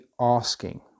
asking